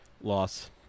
Loss